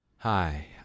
Hi